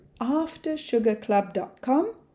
AfterSugarClub.com